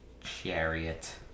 Chariot